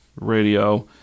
radio